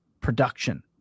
production